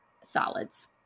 solids